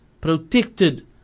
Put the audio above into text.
protected